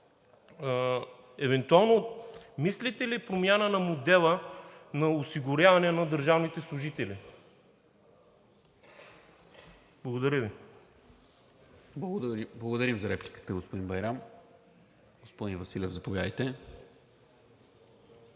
евентуално мислите ли промяна на модела на осигуряване на държавните служители? Благодаря Ви. ПРЕДСЕДАТЕЛ НИКОЛА МИНЧЕВ: Благодаря за репликата, господин Байрам. Господин Василев, заповядайте.